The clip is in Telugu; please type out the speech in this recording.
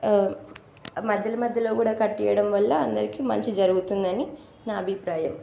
మధ్యలో మధ్యలో కూడా కట్టియడం వల్ల అందరికి మంచి జరుగుతుందని నా అభిప్రాయం